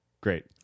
great